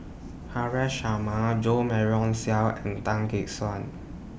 Haresh Sharma Jo Marion Seow and Tan Gek Suan